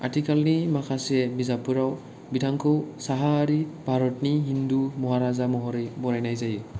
आथिखालनि माखासे बिजाबफोराव बिथांखौ साहाआरि भारतनि हिंदू महाराजा महरै बरनायनाय जायो